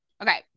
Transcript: Okay